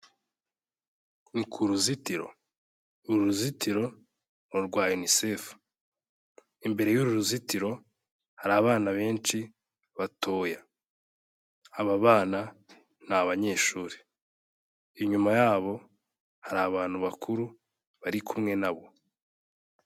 Ni ku ruzitiro, uru ruzitiro ni urwa Unicef, imbere y'uru ruzitiro hari abana benshi batoya. Aba bana ni abanyeshuri, inyuma yabo hari abantu bakuru bari kumwe nabo.